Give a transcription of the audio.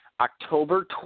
October